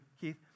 Keith